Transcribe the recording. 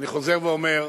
אני חוזר ואומר,